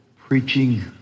preaching